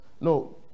no